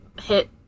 hit